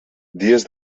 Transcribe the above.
dies